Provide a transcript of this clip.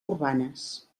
urbanes